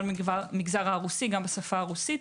גם במגזר הרוסי, גם בשפה הרוסית.